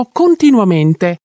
continuamente